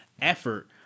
effort